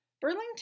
Burlington